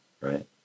right